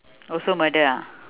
also murder ah